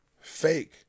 fake